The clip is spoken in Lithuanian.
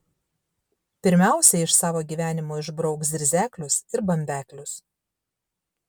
pirmiausia iš savo gyvenimo išbrauk zirzeklius ir bambeklius